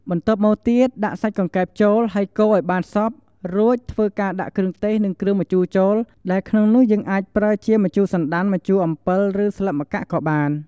បន្ទាប់មកទៀត ដាក់សាច់កង្កែបចូល ហើយកូរអោយបានសប់ រួចធ្វើការដាក់ គ្រឿងទេស និង គ្រឿងម្ជូរចូល ដែលក្នុងនោះយើងអាចប្រើជា ម្ជូរសណ្ដាន់ ម្ជូរអំពិល ឬស្លឹកម្កាក់់ ក៍បាន។